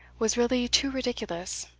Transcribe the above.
was really too ridiculous.